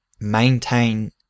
maintain